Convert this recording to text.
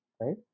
right